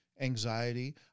anxiety